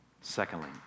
Secondly